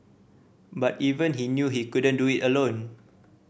but even he knew he couldn't do it alone